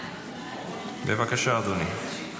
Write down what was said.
בבקשה, אדוני.